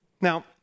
now